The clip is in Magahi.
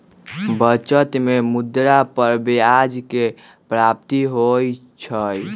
बचत में मुद्रा पर ब्याज के प्राप्ति होइ छइ